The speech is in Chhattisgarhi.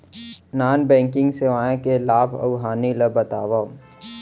नॉन बैंकिंग सेवाओं के लाभ अऊ हानि ला बतावव